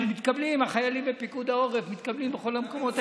החיילים בפיקוד העורף מתקבלים בכל המקומות האלה,